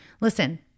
Listen